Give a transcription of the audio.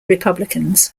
republicans